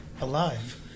alive